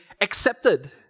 accepted